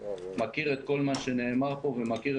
לוקחים אותנו כמובן מאליו והדבר הזה לא מקובל.